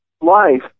life